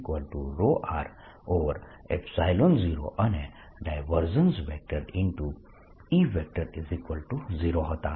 E0 અને E0 હતા